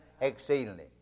exceedingly